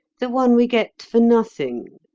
the one we get for nothing.